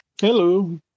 Hello